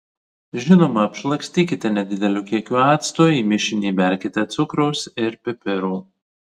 žinoma apšlakstykite nedideliu kiekiu acto į mišinį įberkite cukraus ir pipirų